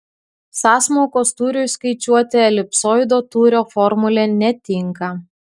sąsmaukos tūriui skaičiuoti elipsoido tūrio formulė netinka